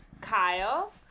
Kyle